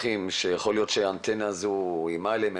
האנטנה הזאת איימה עליהם.